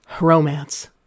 Romance